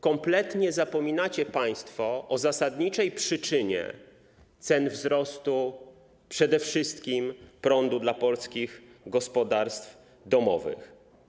Kompletnie zapominacie państwo o zasadniczej przyczynie wzrostu cen przede wszystkim prądu dla polskich gospodarstw domowych.